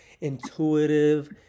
intuitive